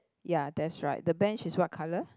ya that's right the bench is what colour